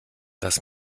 das